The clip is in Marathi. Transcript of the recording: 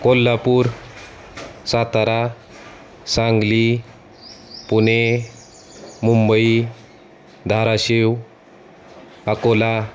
कोल्हापूर सातारा सांगली पुणे मुंबई धाराशिव अकोला